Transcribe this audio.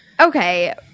okay